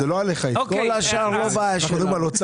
כל השאר לא בעיה שלנו.